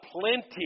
plenty